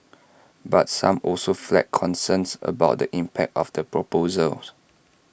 but some also flagged concerns about the impact of the proposals